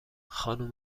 خانم